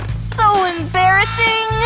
so embarrassing